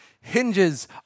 hinges